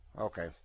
okay